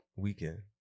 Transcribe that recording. weekend